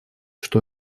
что